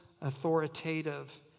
authoritative